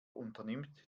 unternimmt